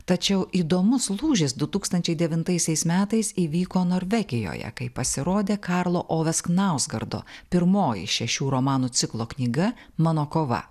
tačiau įdomus lūžis du tūkstančiai devintaisiais metais įvyko norvegijoje kai pasirodė karlo oves knauskardo pirmoji šešių romanų ciklo knyga mano kova